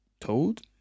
told